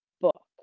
book